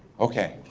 okay,